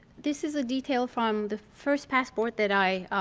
this is a detail from the first passport that i